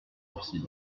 sourcils